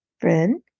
friend